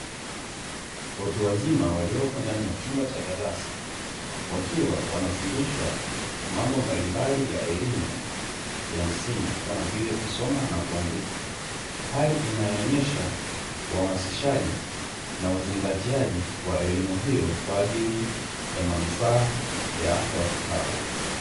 Watu wazima waliopo ndani ya chumba cha darasa, wakiwa wanafundishwa mambo mbalimbali ya elimu ya msingi, kama vile kusoma na kuandika, hali inayoonyesha uhamasishaji na uzingatiaji wa elimu hiyo kwa ajili ya manufaa ya watu hao.